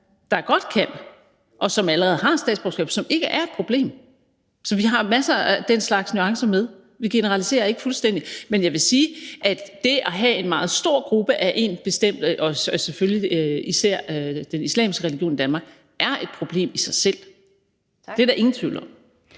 der godt kan, og som allerede har statsborgerskab, og som ikke er et problem. Så vi har masser af den slags nuancer med; vi generaliserer ikke fuldstændig. Men jeg vil sige, at det at have en meget stor gruppe af en bestemt religion, især selvfølgelig den islamiske religion, i Danmark er et problem i sig selv. Det er der ingen tvivl om.